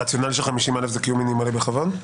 רציונל של 50,000 שקלים הוא קיום מינימלי בכבוד?